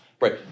Right